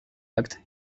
acte